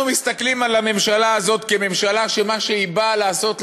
אנחנו מסתכלים על הממשלה הזאת כממשלה שמה שהיא באה לעשות,